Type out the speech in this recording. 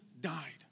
died